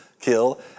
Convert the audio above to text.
kill